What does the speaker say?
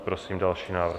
Prosím další návrh.